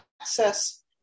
access